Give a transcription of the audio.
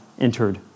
entered